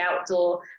outdoor